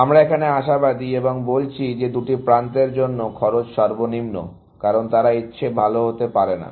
আমরা এখানে আশাবাদী এবং বলছি যে দুটি প্রান্তের জন্য খরচ সর্বনিম্ন কারণ তারা এর চেয়ে ভাল হতে পারে না